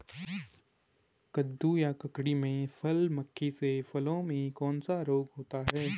कद्दू या ककड़ी में फल मक्खी से फलों में कौन सा रोग होता है?